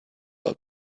old